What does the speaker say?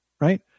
right